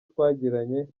twagiranye